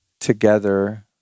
together